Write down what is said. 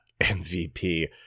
mvp